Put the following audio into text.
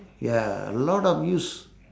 ya a lot of use